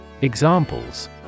Examples